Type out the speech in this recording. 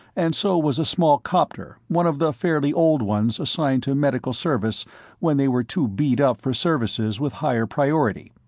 and so was a small copter, one of the fairly old ones assigned to medical service when they were too beat-up for services with higher priority.